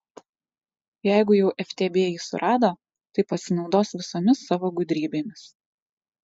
jeigu jau ftb jį surado tai pasinaudos visomis savo gudrybėmis